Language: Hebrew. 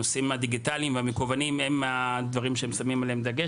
הנושאים הדיגיטליים והמקוונים הם הדברים שהם שמים עליהם דגש